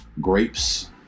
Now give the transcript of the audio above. Grapes